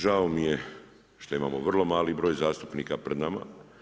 Žao mi je što imamo vrlo mali broj zastupnika pred nama.